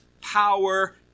power